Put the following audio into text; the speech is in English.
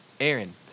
Aaron